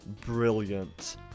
brilliant